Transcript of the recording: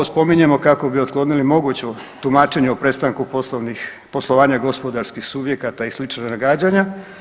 spominjemo kako bi otklonili moguće tumačenje o prestanku poslovanja gospodarskih subjekata i slična nagađanja.